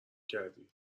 کردی